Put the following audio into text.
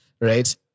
right